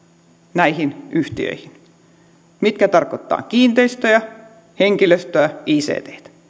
näihin yhtiöihin mitkä tarkoittavat kiinteistöjä henkilöstöä icttä